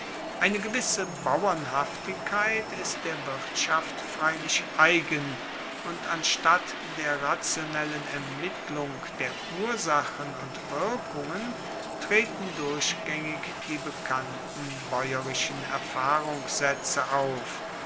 eine gewisse bauernhaftigkeit ist der wirtschaft freilich eigen und anstatt der rationellen ermittlung der ursachen und wirkungen treten durchgaengig die bekannten baeurischen erfahrungssaetze auf